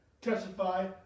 testify